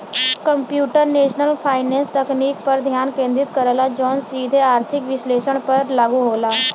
computational finance तकनीक पर ध्यान केंद्रित करला जौन सीधे आर्थिक विश्लेषण पर लागू होला